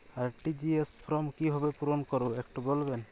RTGS form কিভাবে পূরণ করবো একটু বলবেন?